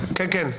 כן, כן.